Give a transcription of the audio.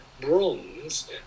bronze